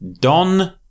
Don